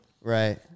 right